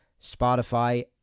Spotify